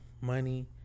money